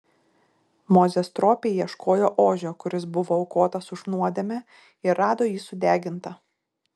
mozė stropiai ieškojo ožio kuris buvo aukotas už nuodėmę ir rado jį sudegintą